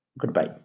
goodbye